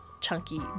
chunky